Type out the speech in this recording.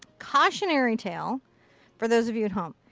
cautionary tale for those of you at home.